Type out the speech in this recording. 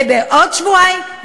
ובעוד שבועיים,